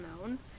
known